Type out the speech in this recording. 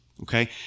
okay